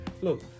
Look